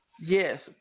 yes